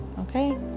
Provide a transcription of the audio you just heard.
okay